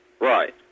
Right